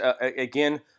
Again